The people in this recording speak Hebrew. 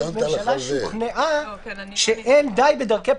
אני שמעתי את הדיון,